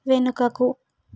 వెనుకకు